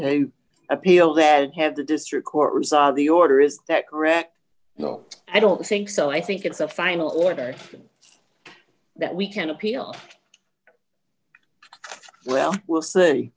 to appeal there and have the district court resolve the order is that correct no i don't think so i think it's a final order that we can appeal well we'll s